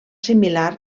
similar